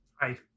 hi